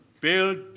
build